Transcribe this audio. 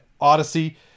Odyssey